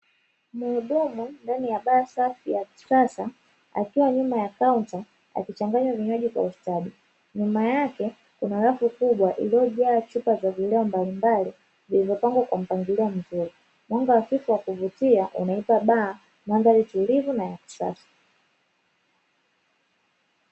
Muhudumu ndani ya baa safi ya kisasa, akiwa nyuma ya kaunta akichanganya vinywaji mbalimbali kwa ustadi, nyuma yake kuna rafu kubwa iliyojaa chupa za vileo mbalimbali vilivyopangwa kwa mpangilio mzuri, mwanga hafifu wa kuvutia unaipa baa mandhari tulivu na ya kisasa.